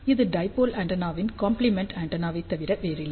இது டைபோல் ஆண்டெனாவின் காம்ப்ளிமெண்ட் ஆண்டெனாவைத் தவிர வேறில்லை